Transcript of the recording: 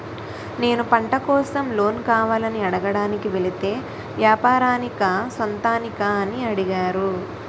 నేను పంట కోసం లోన్ కావాలని అడగడానికి వెలితే వ్యాపారానికా సొంతానికా అని అడిగారు